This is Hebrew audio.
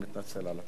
אני מתנצל על הטעות.